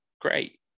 great